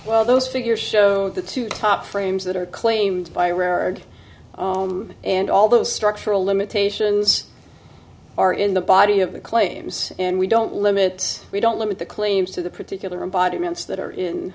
well those figures show the two top frames that are claimed by rared and all those structural limitations are in the body of the claims and we don't limit we don't limit the claims to the particular embodiments that are in